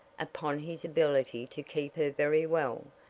upon his ability to keep her very well,